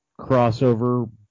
crossover